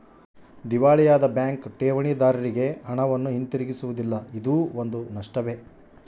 ದಿವಾಳಿಯಾದ ಬ್ಯಾಂಕ್ ಠೇವಣಿದಾರ್ರಿಗೆ ಹಣವನ್ನು ಹಿಂತಿರುಗಿಸುವುದಿಲ್ಲ ಇದೂ ಒಂದು ನಷ್ಟವೇ